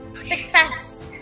Success